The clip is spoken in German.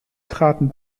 traten